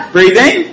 Breathing